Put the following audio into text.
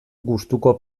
gustuko